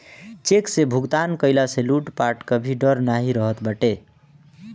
check से भुगतान कईला से लूटपाट कअ भी डर नाइ रहत बाटे